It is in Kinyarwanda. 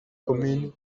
komini